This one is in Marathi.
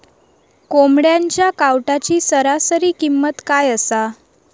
कोंबड्यांच्या कावटाची सरासरी किंमत काय असा?